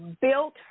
built